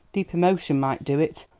deep emotion might do it,